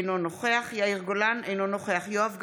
אינו נוכח יאיר גולן, אינו נוכח יואב גלנט,